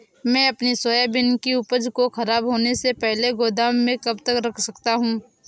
मैं अपनी सोयाबीन की उपज को ख़राब होने से पहले गोदाम में कब तक रख सकता हूँ?